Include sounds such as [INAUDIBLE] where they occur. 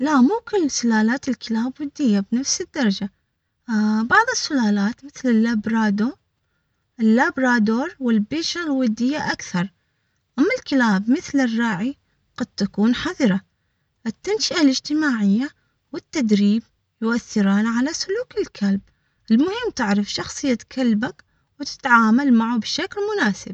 لا مو كل سلالات، الكلاب ودية بنفس الدرجة [HESITATION] بعض السلالات مثل اللبرادور اللبرادور والبشر ودية اكثر، ام الكلاب مثل الراعي قد تكون حذرة التنشئة الاجتماعية، والتدريب يؤثران على سلوك الكلب.